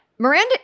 Miranda